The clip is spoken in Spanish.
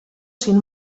sin